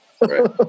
right